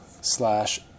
slash